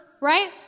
Right